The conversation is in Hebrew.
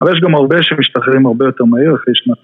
אבל יש גם הרבה שמשתחררים הרבה יותר מהיר אחרי שנה...